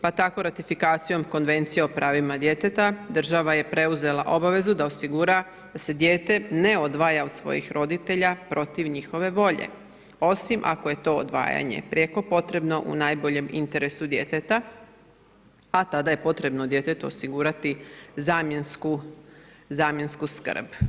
Pa tako ratifikacijom Konvencije o pravima djeteta, država je preuzela obavezu da osigura da se dijete ne odvaja od svojih roditelja protiv njihove volje, osim ako je to odvajanje prijeko potrebno u najboljem interesu djeteta, a tada je potrebno djetetu osigurati zamjensku skrb.